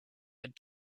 had